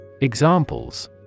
Examples